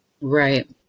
Right